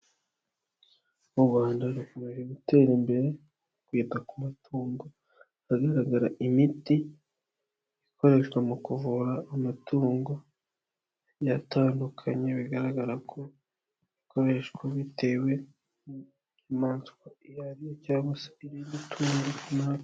U Rwanda rukomeje gutera imbere mu kwita ku matungo, ahagaragara imiti ikoreshwa mu kuvura amatungo atandukanye, bigaragara ko ikoreshwa bitewe n'inyamaswa iyo ariyo cyangwa se iri gutungama.